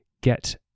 get